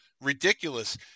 ridiculous